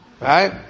right